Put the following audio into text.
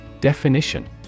Definition